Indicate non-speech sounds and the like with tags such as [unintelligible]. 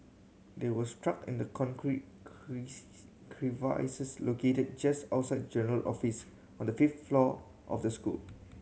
they were struck in the concrete [unintelligible] crevices located just outside general office on the fifth floor of the school